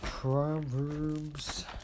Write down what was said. Proverbs